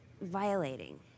violating